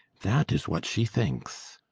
that is what she thinks.